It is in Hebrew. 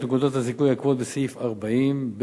נקודות הזיכוי הקבועות בסעיף 40(ב)(1),